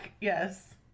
yes